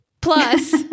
Plus